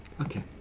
Okay